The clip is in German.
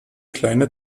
kleine